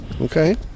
okay